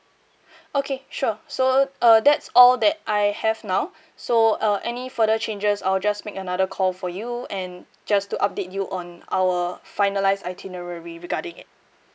okay sure so uh that's all that I have now so uh any further changes I'll just make another call for you and just to update you on our finalised itinerary regarding it